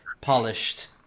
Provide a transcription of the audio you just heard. polished